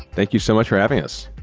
thank you so much for having us.